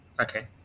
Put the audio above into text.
Okay